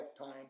time